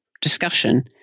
discussion